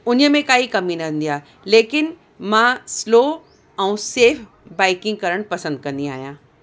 उन्हीअ में काई कमी न ईंदी आहे लेकिन मां स्लो ऐं सेफ़ बाइकिंग करणु पसंदि कंदी आहियां